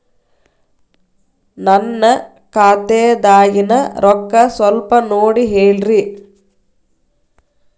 ನನ್ನ ಖಾತೆದಾಗಿನ ರೊಕ್ಕ ಸ್ವಲ್ಪ ನೋಡಿ ಹೇಳ್ರಿ